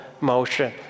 motion